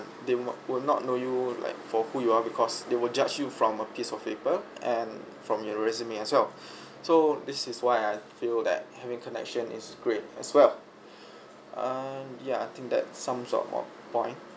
they will will not know you like for who you are because they will judge you from a piece of paper and from your resume as well so this is why I feel that having connection is great as well err yeah I think that sums up my point